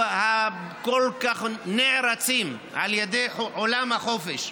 הכל-כך נערצים על ידי עולם החופשי.